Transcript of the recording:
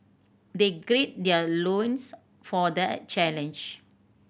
they their loins for the challenge